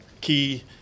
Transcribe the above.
key